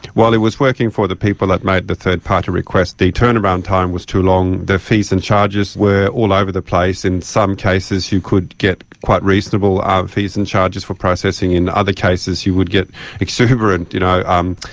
well, it wasn't working for the people that made the third party requests. the turn around time was too long, the fees and charges were all over the place in some cases you could get quite reasonable um fees and charges for processing, in other cases you would get exuberant, you know, um